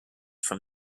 from